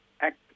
act